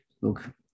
look